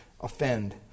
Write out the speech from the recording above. offend